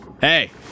Hey